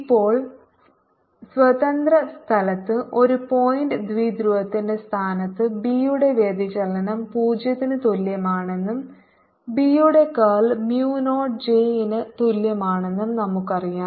ഇപ്പോൾ സ്വതന്ത്ര സ്ഥലത്ത് ഒരു പോയിന്റ് ദ്വിധ്രുവത്തിന്റെ സ്ഥാനത്ത് B യുടെ വ്യതിചലനം 0 ന് തുല്യമാണെന്നും B യുടെ കർൾ mu 0 J ന് തുല്യമാണെന്നും നമുക്കറിയാം